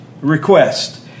request